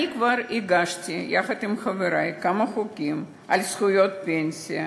אני כבר הגשתי יחד עם חברי כמה חוקים על זכויות פנסיה,